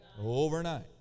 Overnight